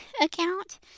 account